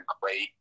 great